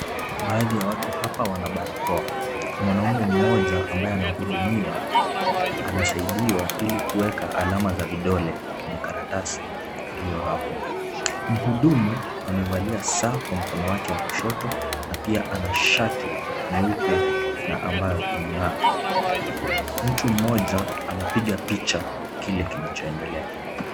Baadhi ya watu hapa wana barakoa, mwanamume mmoja ambaye anahudumiwa anasaidiwa ili kuweka alama za vidole kwenye karatasi iliyo hapo, mhudumu amevalia saa kwa mkono wake wa kushoto na pia ana shati nyeupe na ambayo inang'aa. Mtu mmoja anapiga picha kile kinachoendelea.